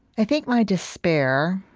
i think my despair